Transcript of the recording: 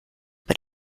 über